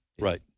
Right